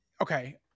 Okay